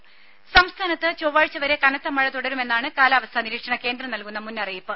ദേദ സംസ്ഥാനത്ത് ചൊവ്വാഴ്ച വരെ കനത്ത മഴ തുടരുമെന്നാണ് കാലാവസ്ഥാ നിരീക്ഷണ കേന്ദ്രം നൽകുന്ന മുന്നറിയിപ്പ്